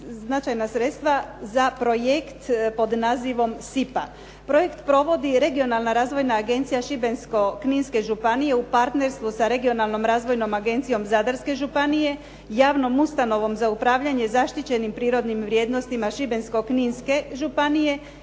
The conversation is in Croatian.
značajna sredstva za projekt pod nazivom "SIPA". Projekt provodi regionalna razvojna agencija Šibensko-kninske županije u partnerstvu sa regionalnom razvojnom agencijom Zadarske županije, javnom ustanovom za upravljanje zaštićenim prirodnim vrijednostima Šibensko-kninske županije,